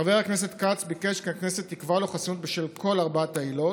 חבר הכנסת כץ ביקש כי הכנסת תקבע לו חסינות בשל כל ארבע העילות.